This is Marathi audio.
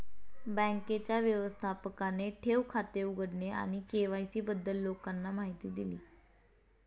बँकेच्या व्यवस्थापकाने ठेव खाते उघडणे आणि के.वाय.सी बद्दल लोकांना माहिती दिली